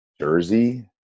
jersey